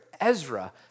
Ezra